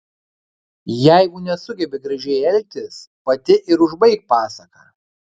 jeigu nesugebi gražiai elgtis pati ir užbaik pasaką